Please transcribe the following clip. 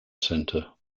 center